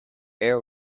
air